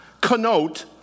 connote